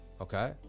Okay